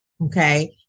okay